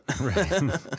Right